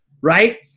right